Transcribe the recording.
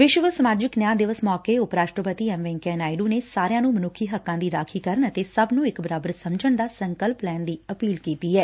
ਵਿਸ਼ਵ ਸਮਾਜਿਕ ਨਿਆਂ ਦਿਵਸ ਸੌਕੇ ਉਪ ਰਾਸ਼ਟਰਪਤੀ ਐਮ ਵੈ'ਕਈਆਂ ਨਾਇਡੂ ਨੇ ਸਾਰਿਆਂ ਨੂੰ ਮਨੁੱਖੀ ਹੱਕਾਂ ਦੀ ਰਾਖੀ ਕਰਨ ਅਤੇ ਸਭ ਨੂੰ ਇਕ ਬਰਾਬਰ ਸਮਝਣ ਦਾ ਸੰਕਲਪ ਲੈਣ ਦੀ ਅਪੀਲ ਕੀਤੀ ਐ